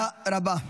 תודה רבה.